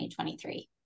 2023